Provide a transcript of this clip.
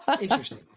Interesting